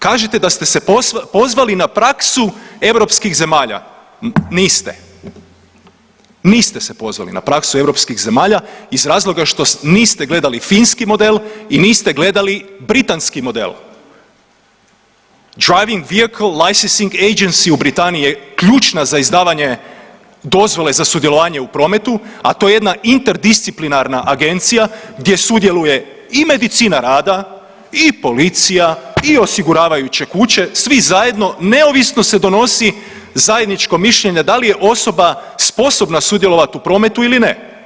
Kažete da ste se pozvali na praksu europskih zemalja, niste, niste se pozvali na praksu europskih zemalja iz razloga što niste gledali finski model i niste gledali britanski model. …/Govornik govori stranim jezikom./… u Britaniji je ključna za izdavanje dozvole za sudjelovanju u prometu, a to je jedna interdisciplinarna agencija gdje sudjeluje i medicina rada i policija i osiguravajuće kuće, svi zajedno, neovisno se donosi zajedničko mišljenje da li je osoba sposobna sudjelovati u prometu ili ne.